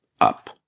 Up